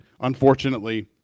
unfortunately